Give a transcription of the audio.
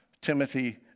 Timothy